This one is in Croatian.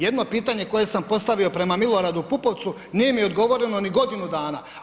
Jedno pitanje koje sam postavio prema Miloradu Pupovcu nije mi odgovoreno ni godinu dana.